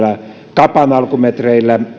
kapan alkumetreillä